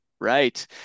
right